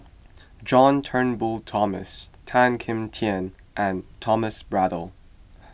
John Turnbull Thomson Tan Kim Tian and Thomas Braddell